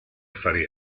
affari